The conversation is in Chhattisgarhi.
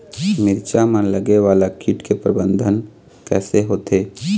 मिरचा मा लगे वाला कीट के प्रबंधन कइसे होथे?